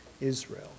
Israel